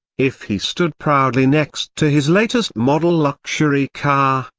if he stood proudly next to his latest-model luxury car,